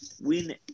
win